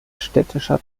städtischer